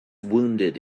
wounded